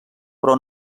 però